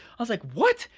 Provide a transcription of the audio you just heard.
i was like, what?